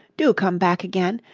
do come back again,